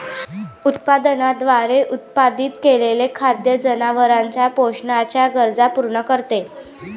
उत्पादनाद्वारे उत्पादित केलेले खाद्य जनावरांच्या पोषणाच्या गरजा पूर्ण करते